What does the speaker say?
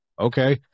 Okay